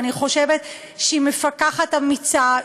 אבל אני חושבת שהיא מפקחת אמיצה,